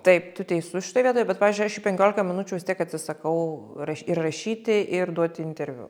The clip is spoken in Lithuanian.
taip tu teisus šioj vietoj bet pavyzdžiui aš į penkiolika minučių vis tiek atsisakau raš ir rašyti ir duoti interviu